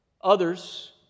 Others